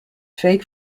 fake